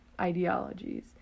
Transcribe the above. ideologies